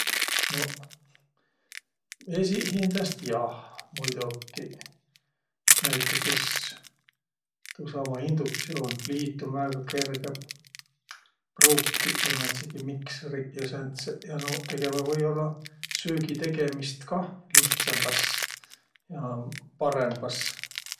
Noq, esiqhindäst jah, muidokiq, näütüses tuusama induktsiuunpliit um väega kerge pruukiq, ja määntsegiq miksriq ja sääntseq. Ja nuuq tegeväq või-ollaq söögitegemist kah lihtsämbäs ja parõmbas.